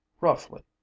roughly